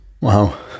wow